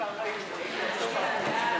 קבוצת סיעת הרשימה המשותפת,